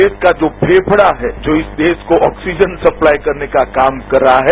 देश का जो फेफड़ा है जो इस देश को ऑक्सीजन सप्लाई करने का काम कर रहा है